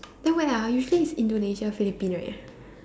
then where ah usually is Indonesia Philippine right